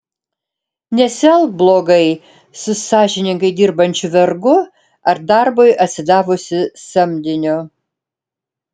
nesielk blogai su sąžiningai dirbančiu vergu ar darbui atsidavusiu samdiniu